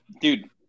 dude